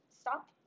stop